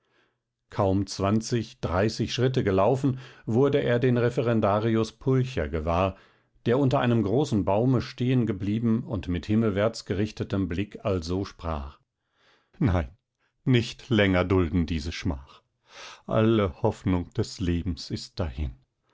kaum zwanzig dreißig schritte gelaufen wurde er den referendarius pulcher gewahr der unter einem großen baume stehen geblieben und mit himmelwärts gerichtetem blick also sprach nein nicht länger dulden diese schmach alle hoffnung des lebens ist dahin